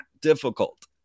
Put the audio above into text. difficult